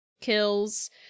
kills